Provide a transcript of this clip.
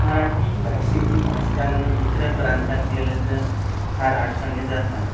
मराठी भाषेतील भाषकांना दुसऱ्या प्रांतात गेलं तर फार अडचणी जातात